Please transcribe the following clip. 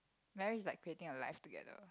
marriage is like creating a life together